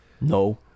No